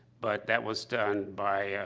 but that was done by, ah,